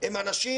הם אנשים